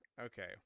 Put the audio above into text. Okay